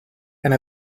and